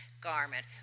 garment